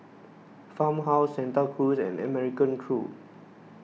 Farmhouse Santa Cruz and American Crew